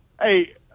Hey